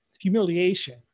humiliation